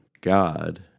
God